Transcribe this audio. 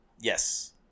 Yes